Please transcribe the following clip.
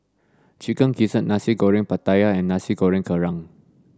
Chicken Gizzard Nasi Goreng Pattaya and Nasi Goreng Kerang